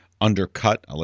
undercut